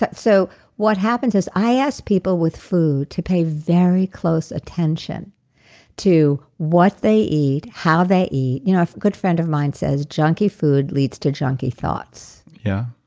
but so what happens is, i ask people with food to pay very close attention to what they eat, how they eat. you know a good friend of mine says, junkie food leads to junkie thoughts yeah.